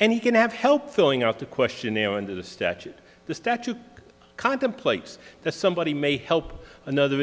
and he can have help filling out the questionnaire under the statute the statute contemplates that somebody may help another